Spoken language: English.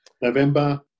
November